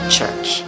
Church